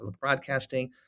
Broadcasting